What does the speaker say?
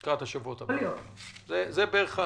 בקיצור,